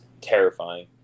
terrifying